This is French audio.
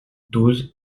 douze